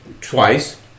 twice